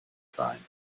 sein